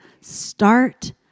start